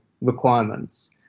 requirements